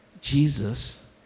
Jesus